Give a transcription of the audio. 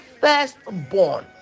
firstborn